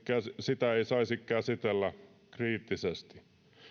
sitä ei saisi käsitellä kriittisesti